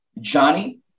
Johnny